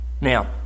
Now